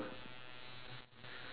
left ya